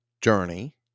journey